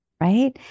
right